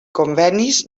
convenis